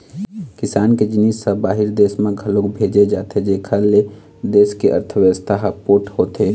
किसान के जिनिस ह बाहिर देस म घलोक भेजे जाथे जेखर ले देस के अर्थबेवस्था ह पोठ होथे